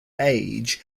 age